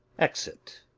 exit.